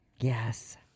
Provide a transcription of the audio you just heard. yes